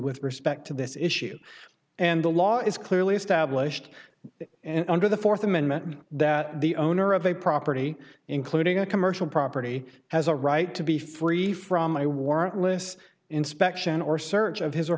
with respect to this issue and the law is clearly established and under the fourth amendment that the owner of a property including a commercial property has a right to be free from my warrantless inspection or search of his or